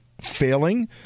failing